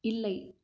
இல்லை